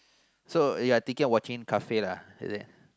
so you're thinking of watching kafir lah is it